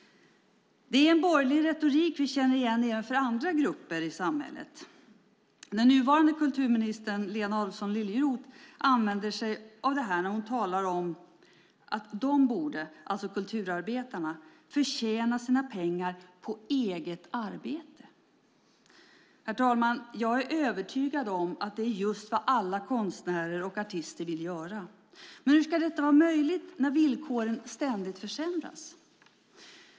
Det är en borgerlig retorik vi känner igen även när det gäller andra grupper i samhället. Den nuvarande kulturministern Lena Adelsohn Liljeroth använder sig av det när hon talar om att de, alltså kulturarbetarna, borde förtjäna sina pengar på eget arbete. Herr talman! Jag är övertygad om att det är just vad alla konstnärer och artister vill göra. Men hur ska detta vara möjligt när villkoren ständigt försämras?